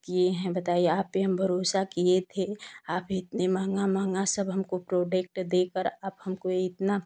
किए हैं बताइए आप पर हम भरोसा किए थे आप इतना महँगा महँगा सब हमको प्रोडक्ट देकर आप हमको इतना